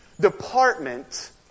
department